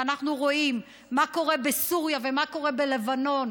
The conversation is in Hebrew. ואנחנו רואים מה קורה בסוריה ומה קורה בלבנון: